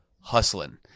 hustling